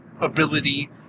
ability